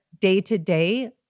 day-to-day